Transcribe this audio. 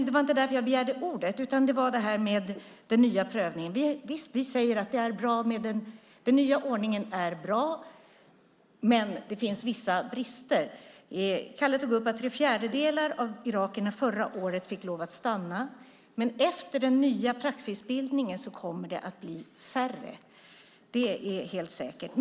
Det var inte därför jag begärde ordet, utan det gällde den nya prövningen. Den nya ordningen är bra, men det finns vissa brister. Kalle tog upp att förra året fick tre fjärdedelar av irakierna lov att stanna. Men efter den nya praxisbildningen kommer det att bli färre som får stanna. Det är helt säkert.